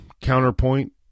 counterpoint